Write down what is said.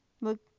Look